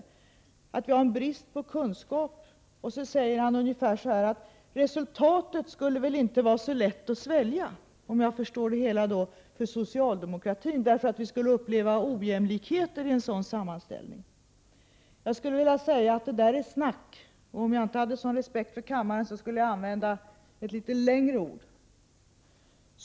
Han menar att vi har brist på kunskap och han säger att resultatet väl inte skulle vara så lätt för socialdemokratin att svälja, för man skulle uppleva ojämlikheten när man såg en sådan sammanställning. Jag skulle vilja säga att det där är snack! Om jag inte hade sådan respekt för kammaren skulle jag använda ett litet längre ord.